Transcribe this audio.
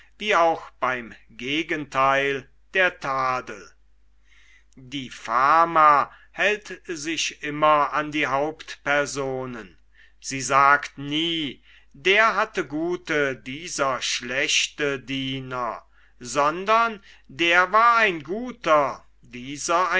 wie auch beim gegentheil der tadel die fama hält sich immer an die hauptpersonen sie sagt nie der hatte gute dieser schlechte diener sondern der war ein guter dieser